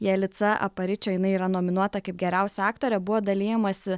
jalica aparičo jinai yra nominuota kaip geriausia aktorė buvo dalijamasi